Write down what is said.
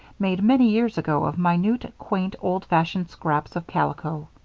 made many years ago of minute, quaint, old-fashioned scraps of calico.